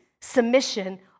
submission